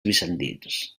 bizantins